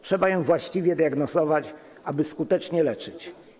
Trzeba ją właściwie diagnozować, aby skutecznie leczyć.